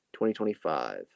2025